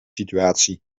situatie